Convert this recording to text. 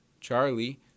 Charlie